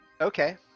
Okay